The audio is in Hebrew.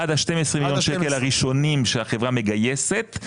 עד ה-12 מיליון שקל הראשונים שהחברה מגייסת,